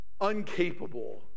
Uncapable